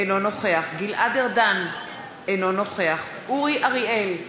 אינו נוכח גלעד ארדן, אינו נוכח אורי אריאל,